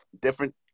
different